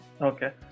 Okay